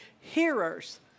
hearers